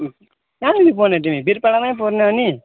कहाँनिर पढ्ने तिमी वीरपाडामै पढ्ने अनि